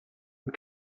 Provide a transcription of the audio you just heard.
and